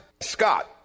Scott